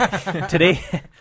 today